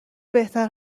بهتر